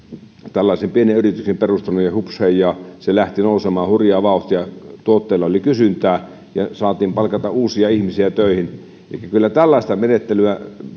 tällaisen pienen yrityksen perustanut ja hupsheijaa se lähti nousemaan hurjaa vauhtia tuotteella oli kysyntää ja saatiin palkata uusia ihmisiä töihin elikkä kyllä tällaista menettelyä